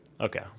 Okay